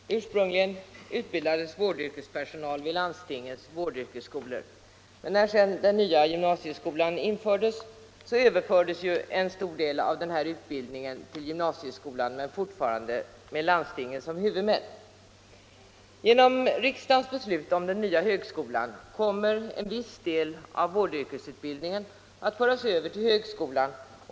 Herr talman! Ursprungligen utbildades vårdyrkespersonal vid landstingens vårdyrkesskolor. När sedan den nya gymnasieskolan tillkom överfördes en stor del av denna utbildning till gymnasieskolan men fortfarande med landstingen som huvudmän. Genom riksdagens beslut om den nya högskolan kommer en viss del av vårdyrkesutbildningen att föras över till högskolan.